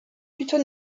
plutôt